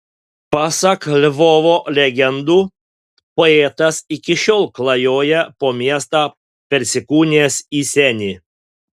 pasak lvovo legendų poetas iki šiol klajoja po miestą persikūnijęs į senį